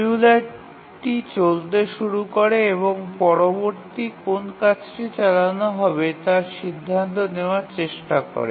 শিডিয়ুলারটি চলতে শুরু করে এবং পরবর্তীটি কোন কাজটি চালানো হবে তা সিদ্ধান্ত নেওয়ার চেষ্টা করে